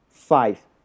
five